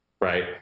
right